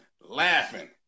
laughing